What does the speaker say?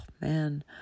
man